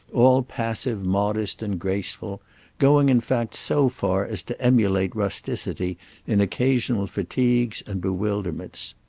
all passive modest and grateful going in fact so far as to emulate rusticity in occasional fatigues and bewilderments.